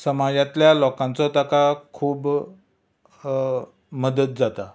समाजांतल्या लोकांचो ताका खूब मदत जाता